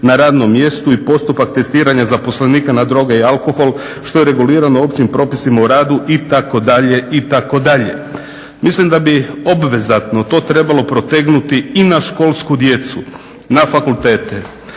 na radnom mjestu i postupak testiranja zaposlenika na droge i alkohol." što je regulirano općim propisima o radu itd. itd. Mislim da bi obvezatno to trebalo protegnuti i na školsku djecu, na fakultete.